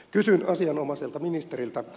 kysyn asianomaiselta ministeriltä